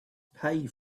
pay